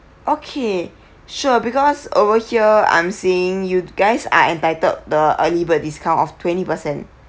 okay sure because over here I'm seeing you guys are entitled the early bird discount of twenty percent